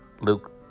Luke